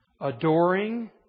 adoring